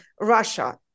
Russia